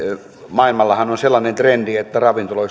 maailmallahan on sellainen trendi että